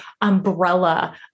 umbrella